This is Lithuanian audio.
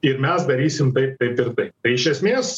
ir mes darysim taip taip ir taip tai iš esmės